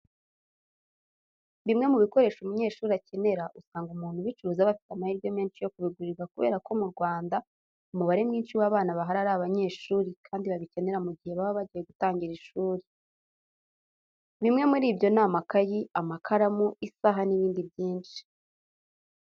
Bimwe mu bikoresho umunyeshuri akenera, usanga umuntu ubicuruza aba afite amahirwe menshi yo kubigurirwa kubera ko mu Rwanda umubare mwinshi w'abana bahari ari abanyeshuri kandi babikenera mu gihe baba bagiye gutangira ishuri. Bimwe muri byo ni amakayi, amakaramu, isaha n'ibindi byinshi.